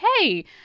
hey